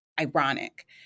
ironic